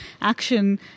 action